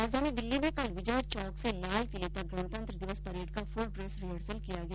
राजधानी दिल्ली में कल विजय चौक से लाल किले तक गणतंत्र दिवस परेड का फूल ड्रैस रिहर्सल किया गया